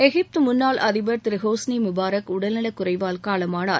எகிப்து முன்னாள் அதிபர் திரு ஹோஸ்னி முபாரக் உடல் நலக்குறைவால் காலமானார்